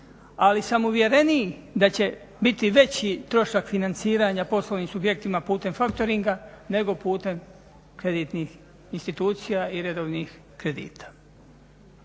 ali sam uvjereniji da će biti veći trošak financiranja poslovnim subjektima putem factoringa nego putem kreditnih institucija i redovnih kredita.